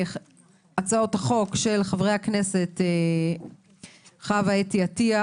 הצעות החוק של חברי הכנסת חוה אתי עטייה,